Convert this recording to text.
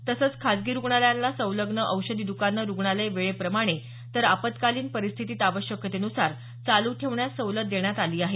तसंच खाजगी रुग्णालयाला संलग्न औषधी दकानं रुग्णालय वेळेप्रमाणे तर आपत्कालीन परिस्थितीत आवश्यकतेनुसार चालू ठेवण्यास सवलत देण्यात आली आहे